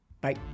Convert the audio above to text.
Bye